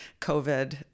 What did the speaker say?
COVID